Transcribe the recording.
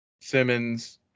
Simmons